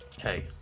hey